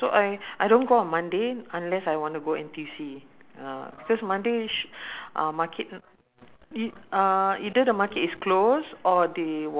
and then jurong one go down a bit so to be fair lah ah she I don't know she has she has done it or what I just uh now is what